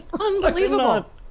Unbelievable